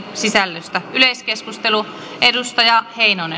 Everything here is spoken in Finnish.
sisällöstä